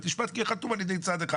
משפט כי זה יהיה חתום על-ידי צד אחד.